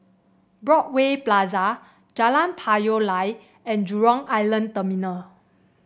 Broadway Plaza Jalan Payoh Lai and Jurong Island Terminal